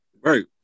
Right